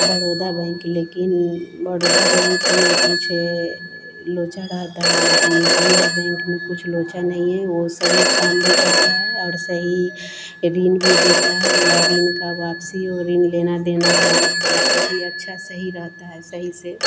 Baroda bank लेकिन Baroda bank में कुछ यह लोचा रहता है लेकिन एस बी आई बैंक में कुछ लोचा नहीं है वह सही काम भी करता है और सही ऋण भी देता है या ऋण की वापसी वह ऋण लेना देना हो वह सब भी अच्छा सही रहता है सही से